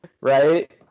Right